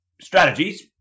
strategies